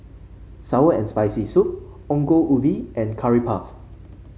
sour and Spicy Soup Ongol Ubi and Curry Puff